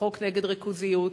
החוק נגד ריכוזיות,